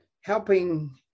helping